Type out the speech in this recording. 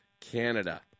Canada